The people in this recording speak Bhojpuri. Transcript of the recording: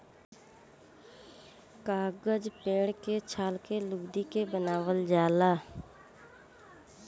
कागज पेड़ के छाल के लुगदी के बनावल जाला